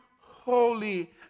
holy